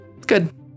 Good